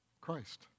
Christ